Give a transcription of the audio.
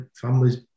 families